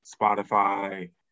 Spotify